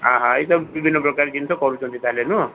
ଆ ହା ଏଇ ସବୁ ବିଭିନ୍ନ ପ୍ରକାର ଜିନିଷ କରୁଛନ୍ତି ତାହେଲେ ନୁହଁ